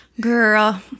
girl